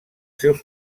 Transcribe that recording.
seus